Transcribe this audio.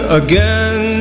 again